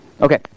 Okay